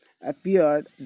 appeared